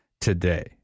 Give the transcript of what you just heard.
today